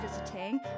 visiting